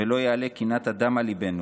ולא יעלה קנאת אדם על ליבנו